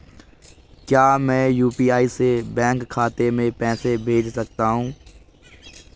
क्या मैं यु.पी.आई से बैंक खाते में पैसे भेज सकता हूँ?